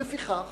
ולפיכך,